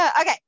Okay